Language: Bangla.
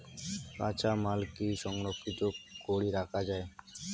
কাঁচামাল কি সংরক্ষিত করি রাখা যায়?